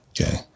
Okay